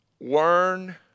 Learn